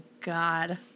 God